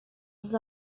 dos